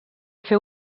fer